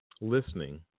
listening